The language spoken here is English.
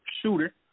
shooter